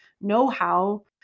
know-how